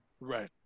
Right